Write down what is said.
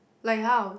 like how